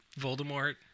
Voldemort